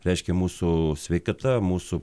reiškia mūsų sveikata mūsų